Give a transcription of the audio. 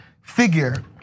figure